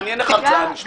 מעניין איך הרצאה נשמעת.